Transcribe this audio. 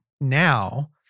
now